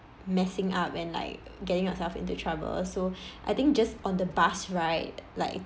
messing up and like getting yourself into trouble so I think just on the bus ride like